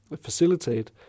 facilitate